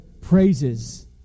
praises